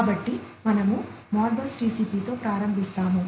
కాబట్టి మనము మోడ్బస్ టిసిపితో ప్రారంభిస్తాము